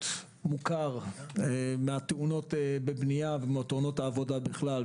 מוכר מן התאונות בבנייה ומתאונות העבודה בכלל,